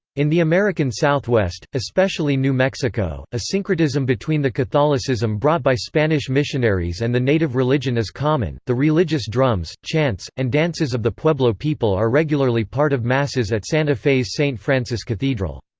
in the american southwest, especially new mexico, a syncretism between the catholicism brought by spanish missionaries and the native religion is common the religious drums, chants, and dances of the pueblo people are regularly part of masses at santa fe's saint francis cathedral.